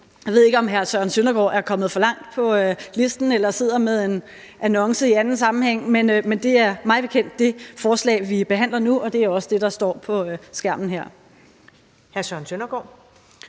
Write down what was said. Jeg ved ikke, om hr. Søren Søndergaard er kommet for langt på dagsordenen eller sidder med en annonce i anden sammenhæng, men det er mig bekendt det forslag, vi behandler nu, og det er også det, der står på skærmen her. Kl.